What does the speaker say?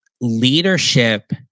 leadership